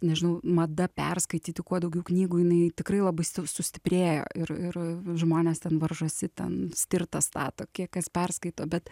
nežinau mada perskaityti kuo daugiau knygų jinai tikrai labai su sustiprėjo ir ir žmonės ten varžosi ten stirtas stato kiek kas perskaito bet